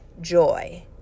joy